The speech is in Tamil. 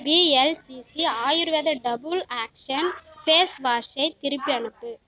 VLCC Ayurveda double action face வாஷை திருப்பி அனுப்பு